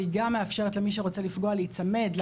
והיא גם מאפשרת למי שרוצה לפגוע להיצמד ולגעת.